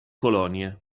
colonie